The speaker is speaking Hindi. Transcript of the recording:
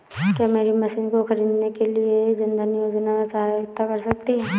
क्या मेरी मशीन को ख़रीदने के लिए जन धन योजना सहायता कर सकती है?